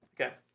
Okay